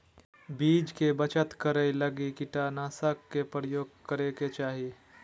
बीज के बचत करै लगी कीटनाशक के प्रयोग करै के चाही